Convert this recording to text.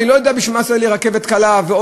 אני לא יודע בשביל מה עשו רכבת קלה ועוד